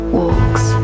walks